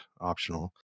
optional